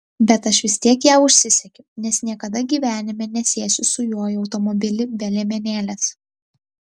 bet aš vis tiek ją užsisegiau nes niekada gyvenime nesėsiu su juo į automobilį be liemenėlės